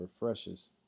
refreshes